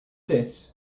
this